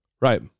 right